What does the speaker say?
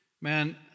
Man